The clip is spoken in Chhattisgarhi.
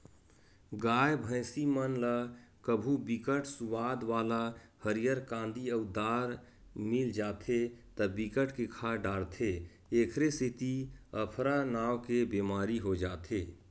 गाय, भइसी मन ल कभू बिकट सुवाद वाला हरियर कांदी अउ दार मिल जाथे त बिकट के खा डारथे एखरे सेती अफरा नांव के बेमारी हो जाथे